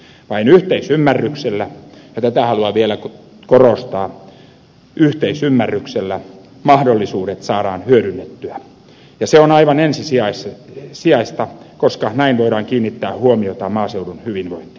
vain yhteisymmärryksellä ja tätä haluan vielä korostaa yhteisymmärryksellä mahdollisuudet saadaan hyödynnettyä ja se on aivan ensisijaista koska näin voidaan kiinnittää huomiota maaseudun hyvinvointiin